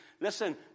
Listen